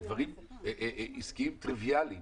בדברים עסקיים טריוויאליים.